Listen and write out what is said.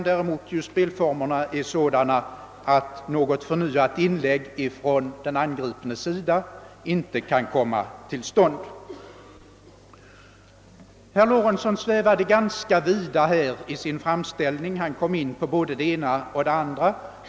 Däremot kan inte enligt spelreglerna något förnyat inlägg från den ANgripnes sida komma till stånd. omkring i sin framställning här och kom in på både det ena och det andra.